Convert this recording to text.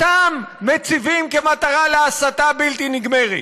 אותם מציבים כמטרה להסתה בלתי נגמרת.